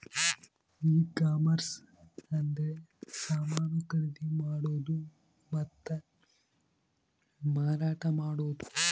e commerce ಅಂದ್ರೆ ಸಮಾನ ಖರೀದಿ ಮಾಡೋದು ಮತ್ತ ಮಾರಾಟ ಮಾಡೋದು